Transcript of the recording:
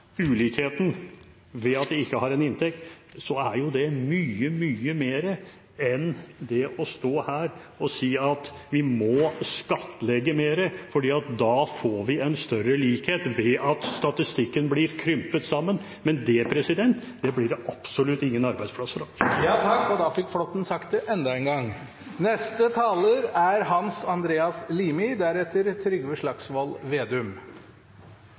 ulikheten ved at de har en inntekt, er det mye, mye mer enn å stå her og si at vi må skattlegge mer, for da får vi en større likhet ved at statistikken blir krympet sammen. Men det blir det absolutt ingen arbeidsplasser av. Da fikk representanten Flåtten sagt det enda en gang!